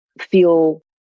feel